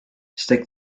stick